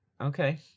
Okay